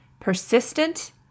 Persistent